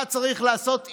אתה צריך לעשות איזונים.